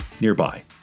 nearby